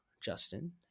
Justin